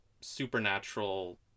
supernatural